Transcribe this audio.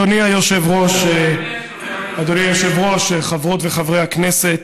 אדוני היושב-ראש, חברות וחברי הכנסת,